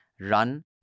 run